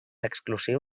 exclusiu